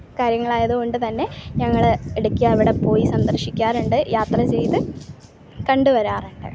കാര്യങ്ങളായത് കൊണ്ട് തന്നെ ഞങ്ങൾ ഇടക്ക് അവിടെ പോയി സന്ദർർശിക്കാറുണ്ട് യാത്ര ചെയ്ത് കണ്ട് വരാറുണ്ട്